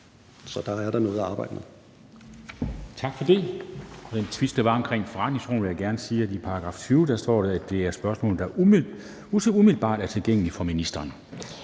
Så der er da noget at arbejde med.